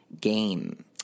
game